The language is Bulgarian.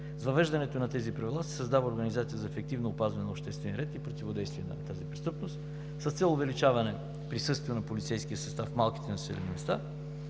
въвеждането на тези правила се създава организация за ефективно опазване на обществения ред и противодействие на тази престъпност. С цел увеличаване присъствието на полицейския състав в малките населени места